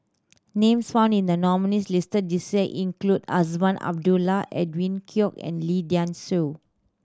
names found in the nominees' list this year include Azman Abdullah Edwin Koek and Lee Dai Soh